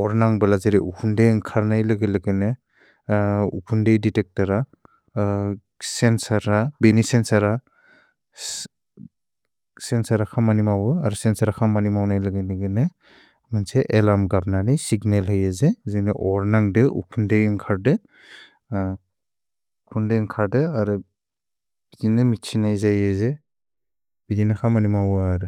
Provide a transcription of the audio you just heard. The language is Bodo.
ओर्नन्ग् बल जेरे उकुन्देइ इन्कर्न इलग इलग। ने उकुन्देइ देतेक्तोर सेन्सोर, बेने सेन्सोर सेन्सोर खमनि मौअ अर् सेन्सोर खमनि मौन इलग इलग ने मन्से एलम् गब न ने सिग्नेल इएजे जेरे ओर्नन्ग् दे उकुन्देइ इन्कर्द उकुन्देइ इन्कर्द अर् बिदिन मिति न इएजे इएजे बिदिन खमनि मौअ अर्।